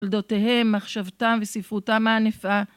תולדותיהם, מחשבתם וסיפרותם הענפה.